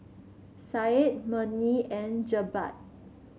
Syed Murni and Jebat